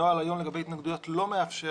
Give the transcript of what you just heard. הנוהל היום לגבי התנגדויות לא מאפשר